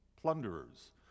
plunderers